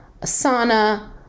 Asana